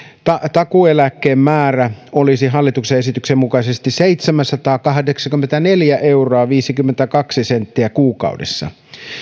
takuueläkkeen määrä olisi hallituksen esityksen mukaisesti seitsemänsataakahdeksankymmentäneljä euroa viisikymmentäkaksi senttiä kuukaudessa